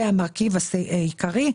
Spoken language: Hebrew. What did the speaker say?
זה המרכיב העיקרי.